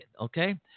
okay